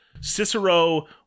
Cicero